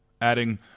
adding